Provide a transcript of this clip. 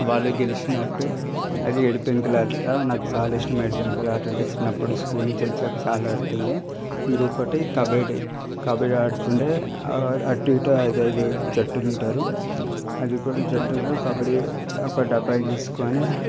వాళ్ళు గెలిచినట్టు అది ఏడు పెంకుల ఆట నాకు చాలా ఇష్టం ఏడు పెంకుల అట అంటే చిన్నప్పుడు స్కూల్ నుంచి వచ్చాక చాలా ఆడుతుండే ఇంకొకటి కబడ్డీ కబడ్డీ ఆడుతుండే అటు ఇటు ఐదు ఐదు జట్టులు ఉంటారు అది కూడా జట్టులో కబడ్డీ ఒక డబ్బా తీసుకొని